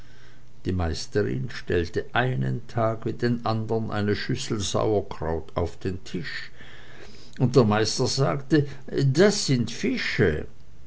die meisterin stellte einen tag wie den andern eine schüssel sauerkraut auf den tisch und der meister sagte das sind fische